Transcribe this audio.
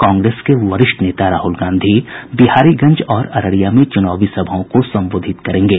कांग्रेस के वरिष्ठ नेता राहुल गांधी बिहारीगंज और अररिया में चुनावी सभाओं को संबोधित करेंगे